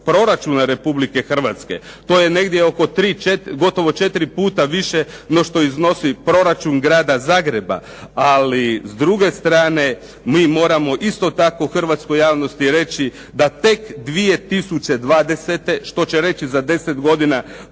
proračuna Republike Hrvatske. To je negdje oko 3, 4, gotovo četiri puta više no što iznosi proračun Grada Zagreba. Ali s druge strane mi moramo isto tako hrvatskoj javnosti reći da tek 2020., što će reći za 10 godina